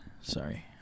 Sorry